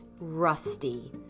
Rusty